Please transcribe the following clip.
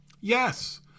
Yes